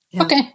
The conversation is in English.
Okay